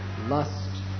lust